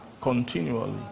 continually